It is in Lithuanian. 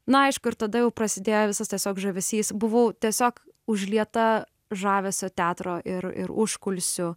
na aišku ir tada prasidėjo visas tiesiog žavesys buvau tiesiog užlieta žavesio teatro ir ir užkulisių